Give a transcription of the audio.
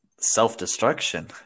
self-destruction